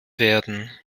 werden